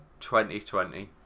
2020